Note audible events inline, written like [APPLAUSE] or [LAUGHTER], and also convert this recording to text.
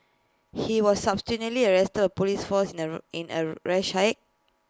he was [UNINTELLIGIBLE] arrested Police force in A in A rash act